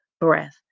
breath